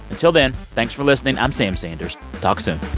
until then, thanks for listening. i'm sam sanders. talk soon